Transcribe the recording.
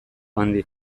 handi